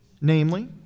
Namely